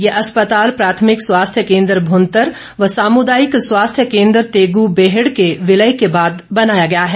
ये अस्पताल प्राथमिक स्वास्थ्य केंद्र भूंतर व सामुदायिक स्वास्थ्य केंद्र तेगुबेहड़ के विलय के बाद बनाया गया है